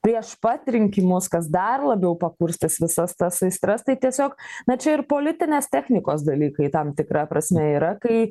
prieš pat rinkimus kas dar labiau pakurstys visas tas aistras tai tiesiog na čia ir politinės technikos dalykai tam tikra prasme yra kai